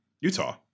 Utah